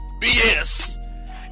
BS